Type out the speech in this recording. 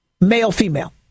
male-female